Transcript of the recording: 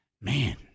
Man